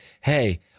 hey